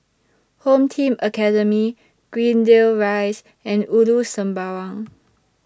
Home Team Academy Greendale Rise and Ulu Sembawang